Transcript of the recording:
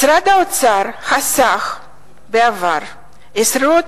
משרד האוצר חסך בעבר עשרות